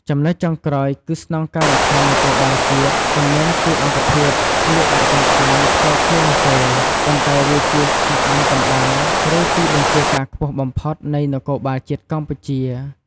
ចំណុចចុងក្រោយគឺស្នងការដ្ឋាននគរបាលជាតិ មិនមែនជាអង្គភាពស្លៀកឯកសណ្ឋានផ្ទាល់ខ្លួននោះទេ ប៉ុន្តែវាជា ស្ថាប័នកណ្ដាល ឬទីបញ្ជាការខ្ពស់បំផុត នៃនគរបាលជាតិកម្ពុជា។